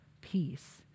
peace